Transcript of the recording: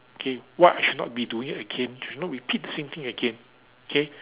okay what I should not be doing again cannot repeat the same thing again okay